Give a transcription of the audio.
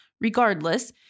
Regardless